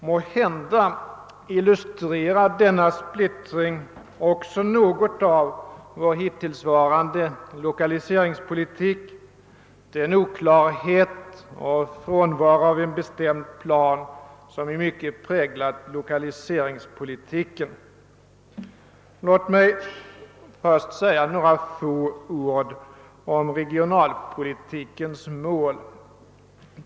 Måhända illustrerar denna splittring också något av den oklarhet och frånvaro av en bestämd plan som i mycket präglat vår hittillsvarande lokaliseringspolitik. Låt mig först säga några få ord om regionalpolitikens mål.